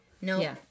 No